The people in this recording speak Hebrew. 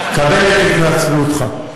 מקבל את התנצלותך.